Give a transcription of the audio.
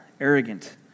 arrogant